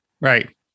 Right